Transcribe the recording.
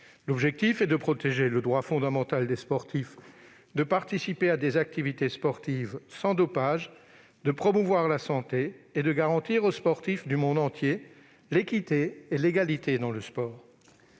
L'objectif est de protéger le droit fondamental des sportifs à participer à des activités sportives sans dopage, de promouvoir la santé et de garantir aux sportifs du monde entier l'équité et l'égalité dans le sport.